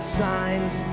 signs